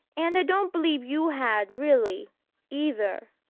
and i don't believe you had really either,